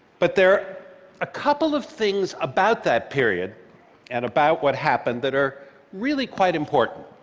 but there are a couple of things about that period and about what happened that are really quite important.